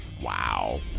Wow